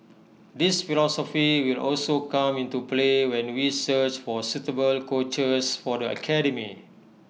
this philosophy will also come into play when we search for suitable coaches for the academy